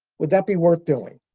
would that be worth doing?